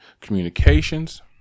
communications